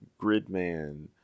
Gridman